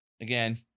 again